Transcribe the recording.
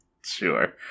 Sure